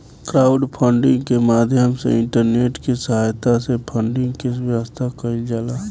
crowdfunding के माध्यम से इंटरनेट के सहायता से फंडिंग के व्यवस्था कईल जाला